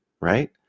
right